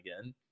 again